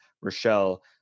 Rochelle